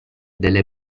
delle